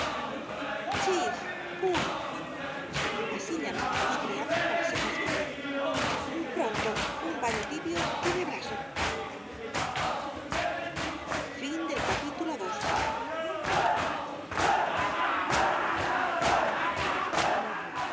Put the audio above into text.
así llamaba á los criados para ser más breve pronto un baño tibio que me abraso el caballero de